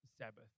Sabbath